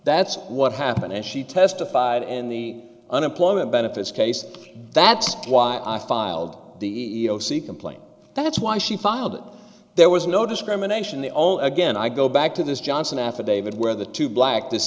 that's what happened as she testified in the unemployment benefits case that's why i filed the e e o c complaint that's why she filed it there was no discrimination the only again i go back to this johnson affidavit where the two black t